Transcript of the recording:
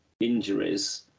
injuries